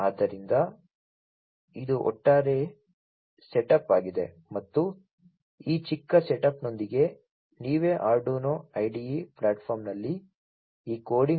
ಆದ್ದರಿಂದ ಇದು ಒಟ್ಟಾರೆ ಸೆಟಪ್ ಆಗಿದೆ ಮತ್ತು ಈ ಚಿಕ್ಕ ಸೆಟಪ್ನೊಂದಿಗೆ ನೀವೇ ಆರ್ಡುನೊ IDE ಪ್ಲಾಟ್ಫಾರ್ಮ್ನಲ್ಲಿ ಈ ಕೋಡಿಂಗ್ ಮಾಡುವ ಮೂಲಕ ಪ್ರಯತ್ನಿಸಿ